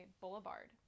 Boulevard